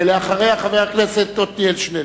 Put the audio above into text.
אחריה, חבר הכנסת עתניאל שנלר.